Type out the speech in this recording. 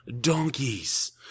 donkeys